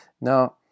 Now